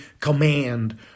command